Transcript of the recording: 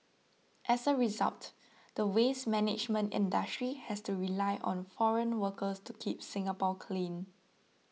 as a result the waste management industry has to rely on foreign workers to keep Singapore clean